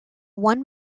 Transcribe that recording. one